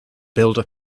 builder